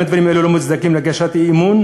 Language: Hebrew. האם הדברים האלה לא מוצדקים להגשת אי-אמון?